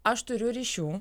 aš turiu ryšių